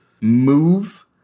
move